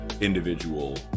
individual